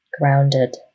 grounded